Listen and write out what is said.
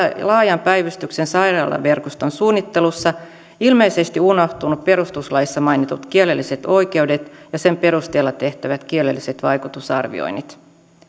laajan päivystyksen sairaalaverkoston suunnittelussa ilmeisesti unohtunut perustuslaissa mainitut kielelliset oikeudet ja sen perusteella tehtävät kielelliset vaikutusarvioinnit